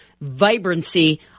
vibrancy